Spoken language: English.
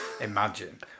Imagine